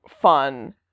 fun